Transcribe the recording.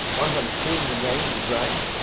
under an assumed name he drank,